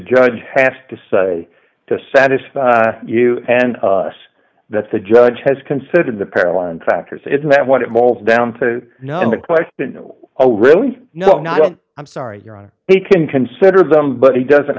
judge has to say to satisfy you and us that the judge has considered the paralyzing factors isn't that what it boils down to no question no oh really no no i'm sorry your honor they can consider them but he doesn't